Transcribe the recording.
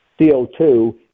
CO2